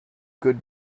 good